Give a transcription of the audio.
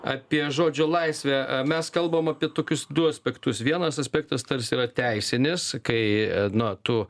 apie žodžio laisvę mes kalbam apie tokius du aspektus vienas aspektas tarsi yra teisinis kai na tu